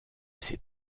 ces